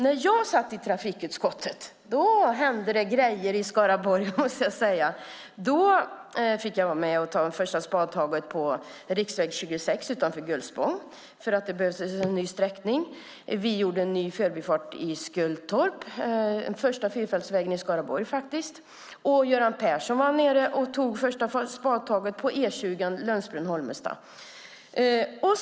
När jag satt i trafikutskottet då hände det grejer i Skaraborg, måste jag säga. Då fick jag vara med och ta det första spadtaget på riksväg 26 utanför Gullspång, där det behövdes en ny sträckning. Vi gjorde en ny förbifart i Skultorp, den första fyrfältsvägen i Skaraborg. Och Göran Persson var nere och tog det första spadtaget på E20 Lundsbrunn-Holmestad.